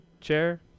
chair